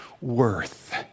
worth